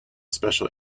special